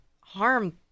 harm